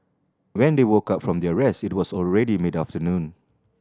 when they woke up from their rest it was already mid afternoon